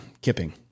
Kipping